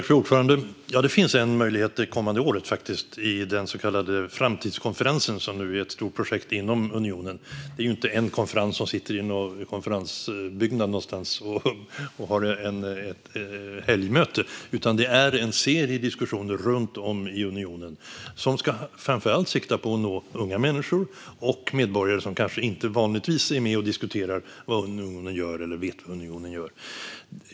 Fru talman! Det finns faktiskt en möjlighet det kommande året i den så kallade framtidskonferensen, som nu är ett stort projekt inom unionen. Det är inte en konferens som sitter i någon konferensbyggnad någonstans och har ett helgmöte, utan det är en serie diskussioner runt om i unionen som framför allt ska sikta på att nå unga människor och medborgare som kanske inte vanligtvis är med och diskuterar vad unionen gör eller vet vad unionen gör.